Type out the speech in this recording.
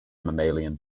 mammalian